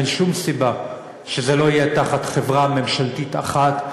אין שום סיבה שזה לא יהיה תחת חברה ממשלתית אחת,